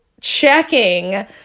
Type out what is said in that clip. checking